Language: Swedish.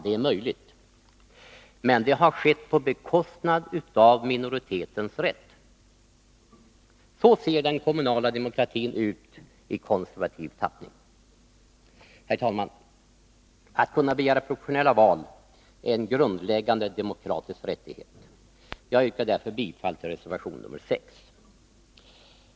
Det är möjligt, men det har skett på bekostnad av minoritetens rätt. Så ser den kommunala demokratin ut i konservativ tappning. Herr talman! Att kunna begära proportionella val är en grundläggande demokratisk rättighet. Jag yrkar därför bifall till reservation nr 6.